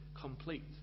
complete